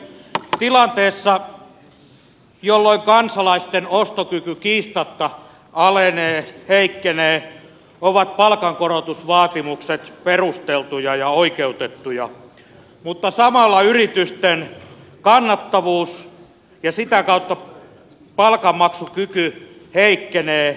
tilanteessa jolloin kansalaisten ostokyky kiistatta alenee heikkenee ovat palkankorotusvaatimukset perusteltuja ja oikeutettuja mutta samalla yritysten kannattavuus ja sitä kautta palkanmaksukyky heikkenevät